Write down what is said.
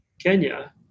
Kenya